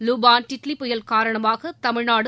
Luban Titli புயல் காரணமாக தமிழ்நாடு